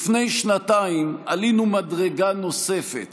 לפני שנתיים עלינו מדרגה נוספת